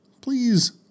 please